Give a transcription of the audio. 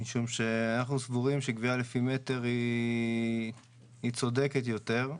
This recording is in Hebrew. משום שאנחנו סבורים שגבייה לפי מטר היא צודקת יותר,